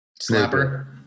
Snapper